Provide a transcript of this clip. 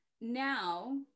now